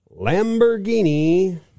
Lamborghini